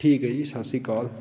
ਠੀਕ ਹੈ ਜੀ ਸਤਿ ਸ਼੍ਰੀ ਅਕਾਲ